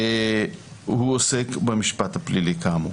ועוסק במשפט הפלילי כאמור.